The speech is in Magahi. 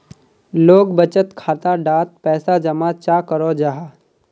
लोग बचत खाता डात पैसा जमा चाँ करो जाहा?